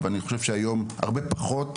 אבל אני חושב שהיום הרבה פחות.